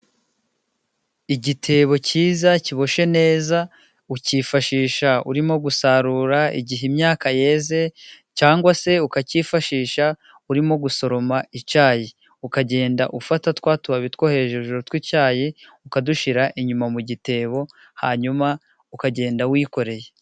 Igitebo cyiza kiboshye neza, ukifashisha urimo gusarura igihe imyaka yeze cyangwa se ukacyifashisha urimo gusoroma icyayi, ukagenda ufata twa tubabi twohejuru tw'icyayi ukadushyira inyuma mu gitebo hanyuma ukagenda wikoreye.